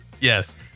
Yes